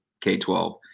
K-12